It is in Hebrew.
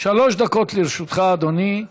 שלוש דקות לרשותך, אדוני.